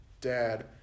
dad